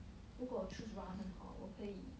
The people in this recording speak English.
如果 choose ramen hor 我可以